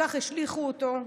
כך השליכו אותו,